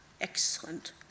Excellent